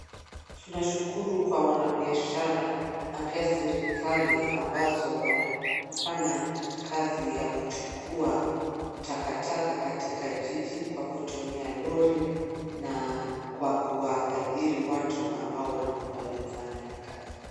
Tunashukuru kwa wanabiashara na pia serikali ambazo wanafanya kazi ya kuchukua takataka katika jiji, kwa kutumia lori, na kwa kuwaajiri watu ambao wanakubali kufanya hii kazi.